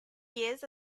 years